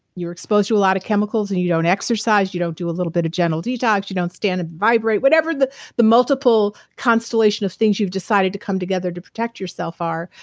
you're exposed to a lot of chemicals and you don't exercise, you don't do a little bit of general detox, you don't stand and vibrate, whatever the the multiple constellation of things you've decided to come together to protect yourself are,